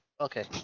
Okay